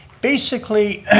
basically,